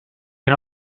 can